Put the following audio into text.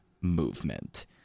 movement